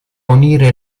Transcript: unire